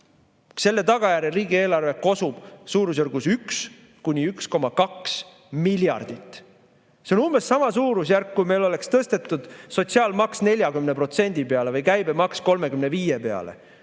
Selle tagajärjel riigieelarve kosub suurusjärgus 1–1,2 miljardit. See on umbes sama suurusjärk, kui meil oleks tõstetud sotsiaalmaks 40% peale või käibemaks 35% peale.